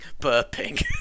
burping